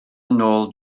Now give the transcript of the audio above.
nôl